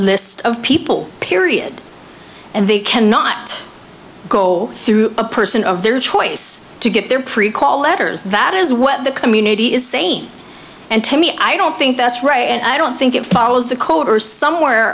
list of people period and they cannot go through a person of their choice to get their prequel letters that is what the community is saying and to me i don't think that's right and i don't think it follows the code or somewhere